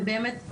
ובאמת,